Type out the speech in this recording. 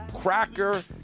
Cracker